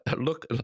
Look